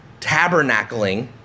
tabernacling